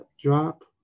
drop